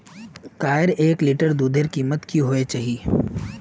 गायेर एक लीटर दूधेर कीमत की होबे चही?